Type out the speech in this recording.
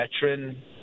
veteran